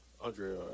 Andre